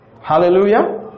Hallelujah